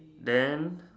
then